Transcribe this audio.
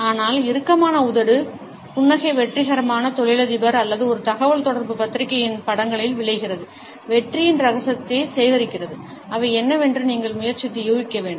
ஆனால் இறுக்கமான உதடு புன்னகை வெற்றிகரமான தொழிலதிபர் அல்லது ஒரு தகவல்தொடர்பு பத்திரிகையின் படங்களில் விளைகிறது வெற்றியின் ரகசியத்தை சேகரிக்கிறது அவை என்னவென்று நீங்கள் முயற்சித்து யூகிக்க வேண்டும்